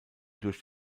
durch